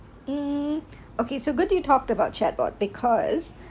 um okay so good you talked about chat box because